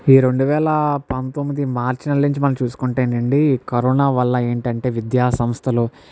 ఈ రెండు వేల పంతొమ్మిది మార్చి నెల నుంచి మనం చూసుకుంటే నండి ఈ కరోనా వల్ల ఏంటంటే విద్యాసంస్థలు